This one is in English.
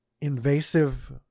invasive